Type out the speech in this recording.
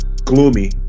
gloomy